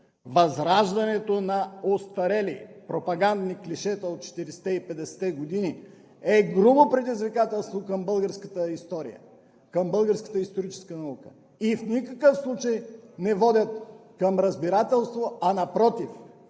възраждането на остарели пропагандни клишета от 40-те и 50-те години е грубо предизвикателство към българската история, към българската историческа наука и в никакъв случай не водят към разбирателство, а напротив